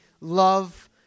love